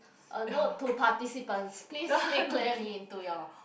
a note to participants please speak clearly into your